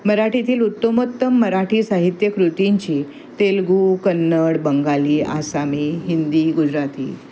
मराठीतील उत्तमोत्तम मराठी साहित्यकृतींची तेलगू कन्नड बंगाली आसामी हिंदी गुजराती